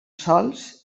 sòls